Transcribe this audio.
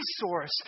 resource